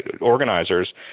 organizers